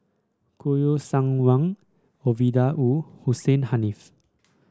Kouo Shang Wang Ovidia Wu Hussein Haniff